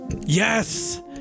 Yes